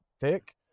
thick